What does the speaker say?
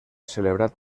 celebrat